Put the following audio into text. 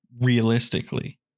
Realistically